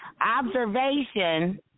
Observation